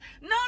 No